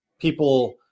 People